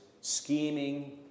scheming